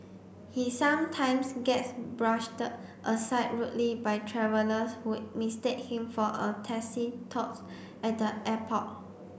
he sometimes gets aside rudely by travellers who mistake him for a taxi tout at the airport